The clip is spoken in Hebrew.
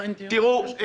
נכון.